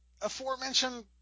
aforementioned